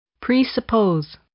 Presuppose